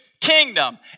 kingdom